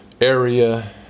area